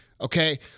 okay